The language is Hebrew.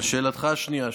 לשאלתך השנייה,